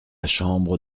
chambre